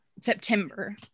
September